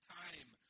time